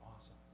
awesome